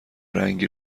رنگی